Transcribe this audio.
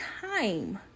time